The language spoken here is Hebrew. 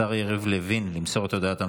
השר יריב לוין, למסור את הודעת הממשלה.